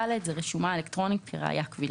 נוגע לרשומה אלקטרונית כראיה קבילה.